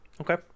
Okay